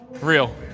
Real